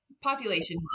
Population